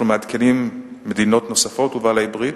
אנחנו מעדכנים מדינות נוספות ובעלי-ברית,